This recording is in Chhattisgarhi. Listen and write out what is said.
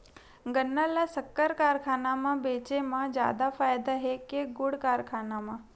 गन्ना ल शक्कर कारखाना म बेचे म जादा फ़ायदा हे के गुण कारखाना म?